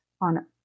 on